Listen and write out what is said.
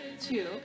two